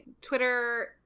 Twitter